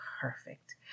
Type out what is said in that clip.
perfect